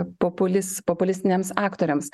populis populistiniams aktoriams